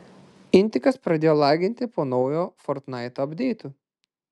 intikas pradėjo laginti po naujo fortnaito apdeitų